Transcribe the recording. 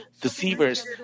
deceivers